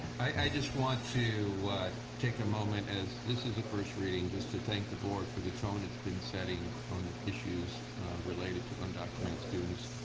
i just want to take a moment as this is the first reading to thank the board for the tone it has been setting on issues related to undocumented students.